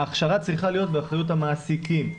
ההכשרה צריכה להיות באחריות המעסיקים.